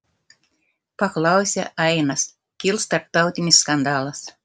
paklausė ainas kils tarptautinis skandalas